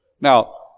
Now